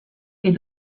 est